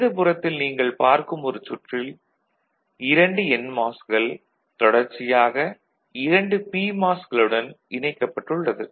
இடது புறத்தில் நீங்கள் பார்க்கும் ஒரு சுற்றில் இரண்டு என்மாஸ்கள் தொடர்ச்சியாக இரண்டு பிமாஸ்களுடன் இணைக்கப்பட்டுள்ளது